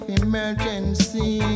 emergency